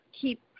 keep